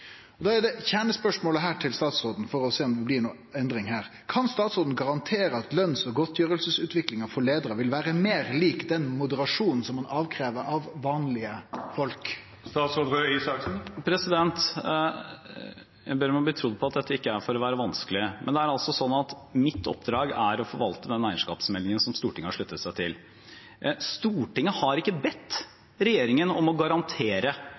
Da er kjernespørsmålet til statsråden, for å sjå om det blir noka endring her: Kan statsråden garantere at løns- og godtgjeringsutviklinga for leiarar vil vere meir lik den moderasjonen som ein krev av vanlege folk? Jeg ber om å bli trodd på at dette ikke er for å være vanskelig, men det er slik at mitt oppdrag er å forvalte den eierskapsmeldingen som Stortinget har sluttet seg til. Stortinget har ikke bedt regjeringen om å garantere